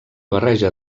barreja